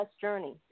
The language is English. journey